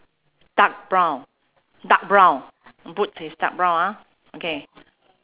dark brown dark brown boots is dark brown ah okay